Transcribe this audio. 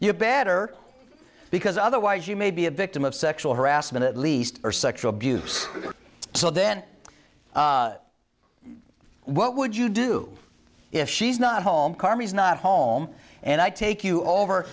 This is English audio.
you better because otherwise you may be a victim of sexual harassment at least or sexual abuse so then what would you do if she's not home karmas not home and i take you over